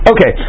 Okay